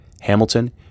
Hamilton